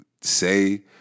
say